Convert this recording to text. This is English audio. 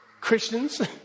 Christians